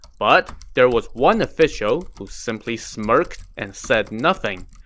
but there was one official who simply smirked and said nothing.